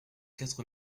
quatre